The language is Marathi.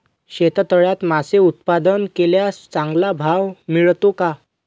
शेततळ्यात मासे उत्पादन केल्यास चांगला भाव मिळतो का?